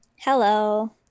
hello